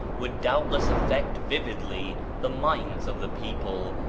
would doubtless affect vividly the minds of the people,